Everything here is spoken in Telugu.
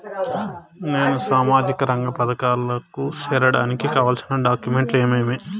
నేను సామాజిక రంగ పథకాలకు సేరడానికి కావాల్సిన డాక్యుమెంట్లు ఏమేమీ?